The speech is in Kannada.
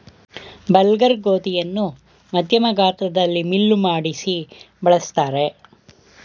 ಬಲ್ಗರ್ ಗೋಧಿಯನ್ನು ಮಧ್ಯಮ ಗಾತ್ರದಲ್ಲಿ ಮಿಲ್ಲು ಮಾಡಿಸಿ ಬಳ್ಸತ್ತರೆ